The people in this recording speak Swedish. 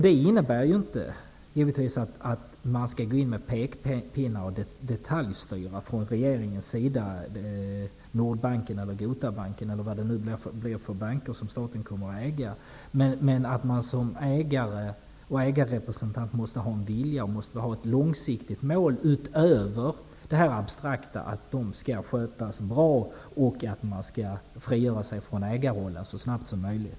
Det innebär givetvis inte att man skall gå in med pekpinnar och detaljstyra från regeringens sida Nordbanken, Gotabanken eller vad det nu kan bli för banker som staten kommer att äga. Som ägare och som ägarrepresentant måste man ha en vilja och ett långsiktigt mål utöver det abstrakta att bankerna skall skötas bra och att man skall frigöra sig från ägarrollen så snart som möjligt.